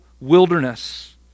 wilderness